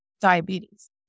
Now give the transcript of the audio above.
diabetes